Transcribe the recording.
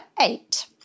eight